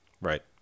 Right